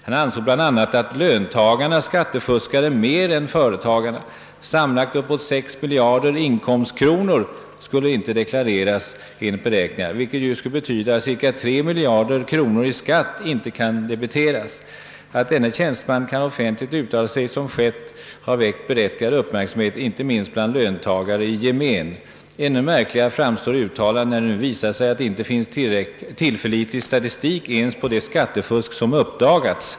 Han ansåg bl.a. att löntagarna skattefuskade mer än företagarna. Sammanlagt uppåt 6 miljarder inkomstkronor deklareras inte, vilket ju skulle betyda att cirka 3 miljarder kronor i skatt inte kan debiteras. Att denne tjänsteman kan offentligt uttala sig som skett har väckt berättigad uppmärksamhet, inte minst bland löntagare i gemen. Ännu märkligare framstår uttalandet när det nu visar sig att det inte finns tillförlitlig statistik ens på det skattefusk som uppdagats.